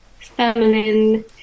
feminine